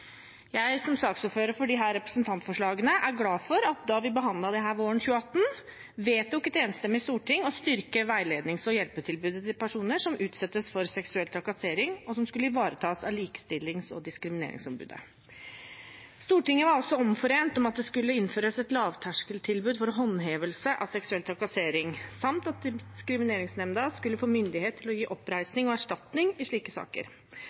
Jeg som saksordfører for disse representantforslagene er glad for at da vi behandlet dette våren 2018, vedtok et enstemmig storting å styrke veilednings- og hjelpetilbudet til personer som utsettes for seksuell trakassering, og som skulle ivaretas av Likestillings- og diskrimineringsombudet. Stortinget var altså omforent om at det skulle innføres et lavterskeltilbud for håndhevelse av seksuell trakassering, samt at Diskrimineringsnemnda skulle få myndighet til å gi oppreisning og erstatning i slike saker.